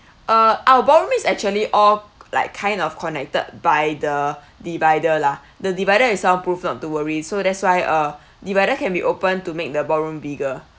uh our ballroom is actually all like kind of connected by the divider lah the divider is sound proof not to worry so that's why uh divider can be opened to make the ballroom bigger